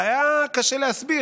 היה קשה להסביר.